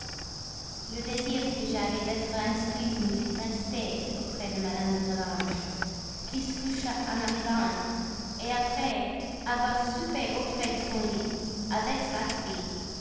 le désir que j'avais d'être instruite me fit rester auprès de mme de volanges qui se coucha en arrivant après avoir soupé auprès de son lit avec sa fille